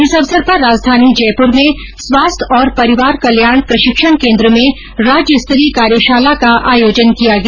इस अवसर पर राजधानी जयपुर में स्वास्थ्य और परिवार कल्याण प्रशिक्षण केन्द्र में राज्यस्तरीय कार्यशाला का आयोजन किया गया